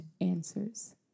answers